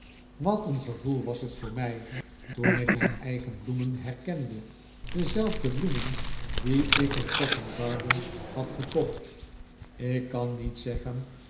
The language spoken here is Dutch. wat een gevoel was het voor mij toen ik mijn eigen bloemen herkende dezelfde bloemen die ik in covent garden had gekocht ik kan niet zeggen